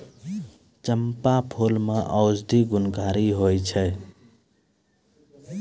चंपा फूल मे औषधि गुणकारी होय छै